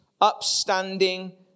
upstanding